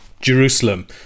Jerusalem